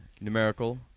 Numerical